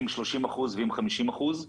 עם 30% או 50% נכות.